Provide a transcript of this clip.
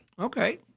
Okay